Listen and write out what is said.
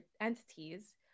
entities